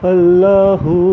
Allahu